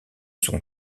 son